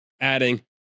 adding